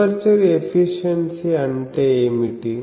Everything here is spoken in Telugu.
ఎపర్చరు ఎఫిషియన్సీ అంటే ఏమిటి